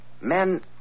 Men